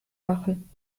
machen